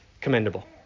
commendable